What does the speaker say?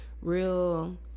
real